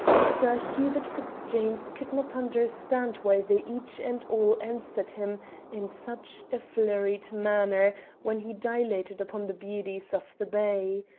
sir hubert fitzjames could not understand why they each and all answered him in such a flurried manner when he dilated upon the beauties of the bay.